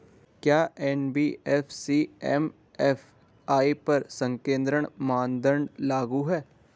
क्या NBFC MFI पर ऋण संकेन्द्रण मानदंड लागू हैं?